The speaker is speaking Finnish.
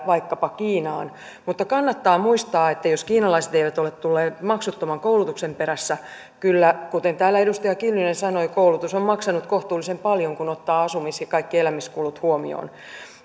vaikkapa kiinaan mutta kannattaa muistaa että jos kiinalaiset eivät ole tulleet maksuttoman koulutuksen perässä niin kuten täällä edustaja kiljunen sanoi kyllä koulutus on maksanut kohtuullisen paljon kun ottaa asumis ja kaikki elämisen kulut huomioon